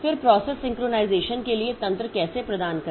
फिर process synchronization के लिए तंत्र कैसे प्रदान करें